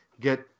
get